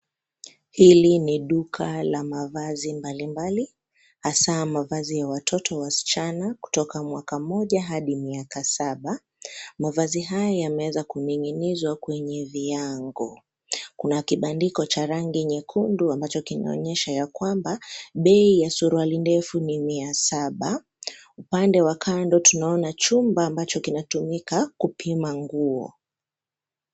Hili ni duka la mavazi mbali mbali, hasaa mavazi ya watoto wasichana kutoka mwaka moja hadi miaka saba . Mavazi haya yameweza kuning'inizwa kwenye viango. Kuna kibandiko cha rangi nyekundu, ambacho kinaonyesha ya kwamba, bei ya suruali ndefu ni mia saba. Upande wa kando tunaona chumba ambacho kinatumika kupima nguo.